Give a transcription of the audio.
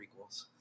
prequels